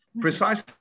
Precisely